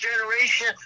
generation